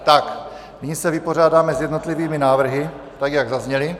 Tak nyní se vypořádáme s jednotlivými návrhy, tak jak zazněly.